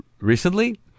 recently